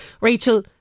Rachel